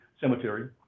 cemetery